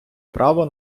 право